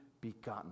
begotten